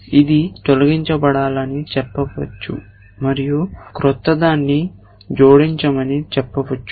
ఇది తొలగించబడాలని చెప్పవచ్చు మరియు క్రొత్తదాన్ని జోడించమని చెప్పవచ్చు